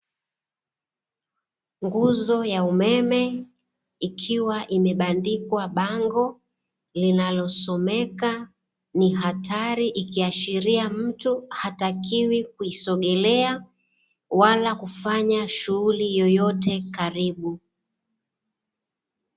Nguzo ya umeme ikiwaimebandikwa bango linalosomeka ni hatari, ikiashiria mtu hatakiwi kuisogelea wala kufanya shughuli yoyote karibu.